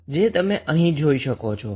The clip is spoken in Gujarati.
જે તમે અહીં જોઈ શકો છો